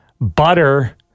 Butter